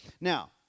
Now